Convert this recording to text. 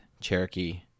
Cherokee